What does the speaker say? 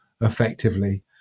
effectively